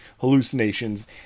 hallucinations